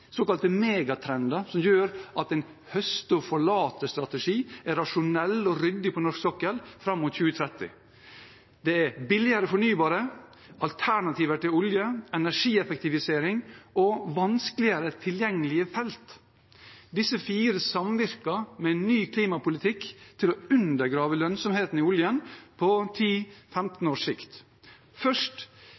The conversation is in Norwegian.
såkalte megatrender som gjør at en høste-og-forlate-strategi er rasjonell og ryddig på norsk sokkel fram mot 2030. Det er billigere fornybar energi, alternativer til olje, energieffektivisering og vanskeligere tilgjengelige felt. Disse fire samvirker med ny klimapolitikk til å undergrave lønnsomheten i oljen på 10–15 års sikt. Først